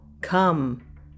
come